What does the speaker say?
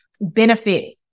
benefit